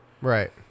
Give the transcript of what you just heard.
Right